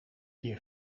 hier